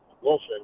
Wilson